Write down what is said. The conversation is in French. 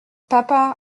papa